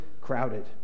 crowded